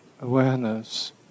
awareness